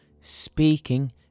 Speaking